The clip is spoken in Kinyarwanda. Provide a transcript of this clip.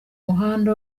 mihanda